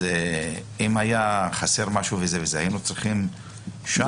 אם היה חסר משהו, היינו צריכים לדעת שם.